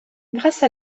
grâce